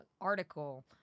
article